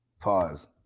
Pause